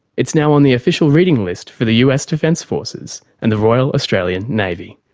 it's now on the official reading list for the us defence forces and the royal australian navy.